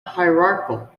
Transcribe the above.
hierarchical